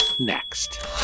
next